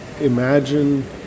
imagine